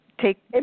take